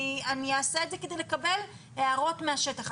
אני אעשה את זה כדי לקבל הערות מהשטח.